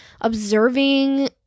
observing